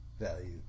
value